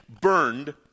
burned